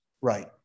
right